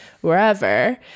wherever